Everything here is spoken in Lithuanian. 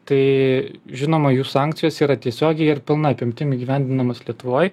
tai žinoma jų sankcijos yra tiesiogiai ir pilna apimtim įgyvendinamos lietuvoj